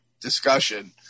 discussion